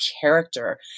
character